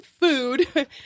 food